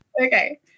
Okay